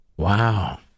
Wow